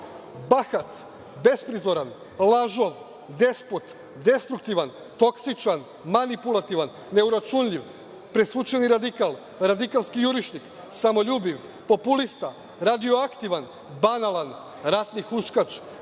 bahat, besprizoran, lažov, despot, destruktivan, toksičan, manipulativan, neuračunljiv, presvučeni radikal, radikalski jurišnik, samoljubiv, populista, radioaktivan, banalan, ratni huškaš,